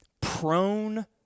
prone